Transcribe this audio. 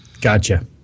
gotcha